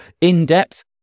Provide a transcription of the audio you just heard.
in-depth